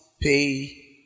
pay